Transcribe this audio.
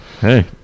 Hey